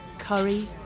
curry